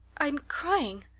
i'm crying,